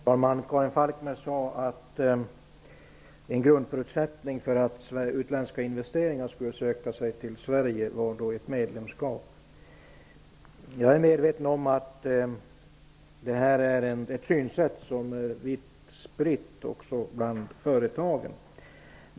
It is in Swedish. Herr talman! Karin Falkmer sade att en grundförutsättning för att utländska investerare skulle söka sig till Sverige var medlemskap. Jag är medveten om att det här är ett synsätt som är vitt spritt, också bland företagen.